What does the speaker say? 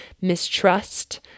mistrust